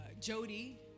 Jody